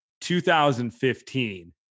2015